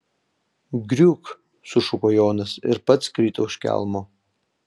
griūk sušuko jonas ir pats krito už kelmo